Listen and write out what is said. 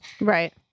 Right